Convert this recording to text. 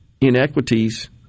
inequities –